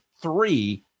three